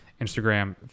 Instagram